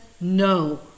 no